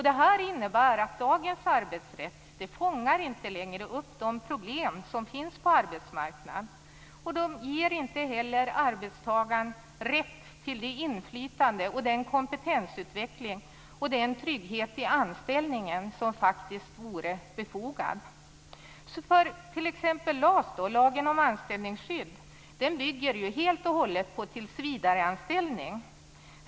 Detta innebär att dagens arbetsrätt inte längre fångar upp de problem som finns på arbetsmarknaden och inte heller ger arbetstagaren rätt till det inflytande, den kompetensutveckling och den trygghet i anställningen som faktiskt vore befogat. T.ex. LAS, lagen om anställningsskydd, bygger helt och hållet på tillsvidareanställning.